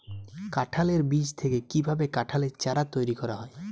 কাঁঠালের বীজ থেকে কীভাবে কাঁঠালের চারা তৈরি করা হয়?